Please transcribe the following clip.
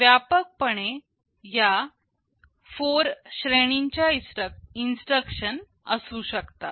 व्यापकपणे या 4 श्रेणीच्या इन्स्ट्रक्शन असू शकतात